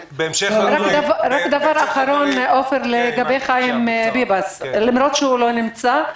דבר אחרון לחיים ביבס, למרות שהוא לא נמצא.